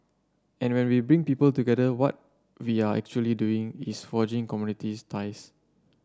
and when we bring people together what we are actually doing is forging communities ties